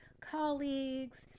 colleagues